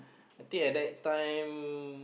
I think at that time